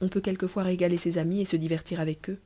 on peut quelquefois resater ses amis et se divertir avec eux